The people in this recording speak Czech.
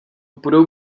budou